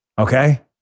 okay